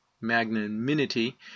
magnanimity